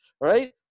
right